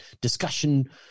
discussion